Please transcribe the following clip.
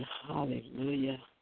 hallelujah